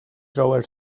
drawer